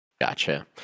gotcha